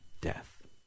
death